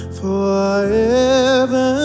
forever